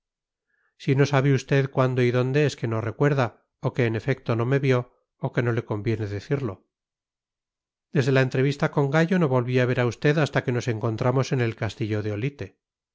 si no sabe usted cuándo y dónde es que no recuerda o que en efecto no me vio o que no le conviene decirlo desde la entrevista con gallo no volví a ver a usted hasta que nos encontramos en el castillo de olite